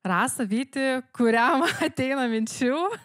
rasa vyti kuriam ateina minčių